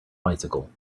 bicycle